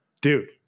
Dude